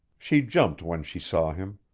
she jumped when she saw him.